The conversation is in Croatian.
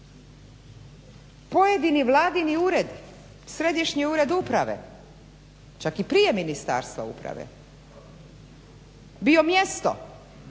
pojedini vladin ured, središnji ured uprave čak i prije Ministarstva uprave bio mjesto